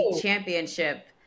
Championship